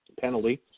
penalty